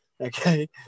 Okay